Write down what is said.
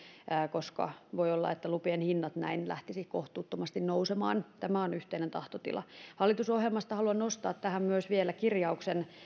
koska voi olla että lupien hinnat näin lähtisivät kohtuuttomasti nousemaan tämä on yhteinen tahtotila hallitusohjelmasta haluan nostaa tähän myös kirjauksen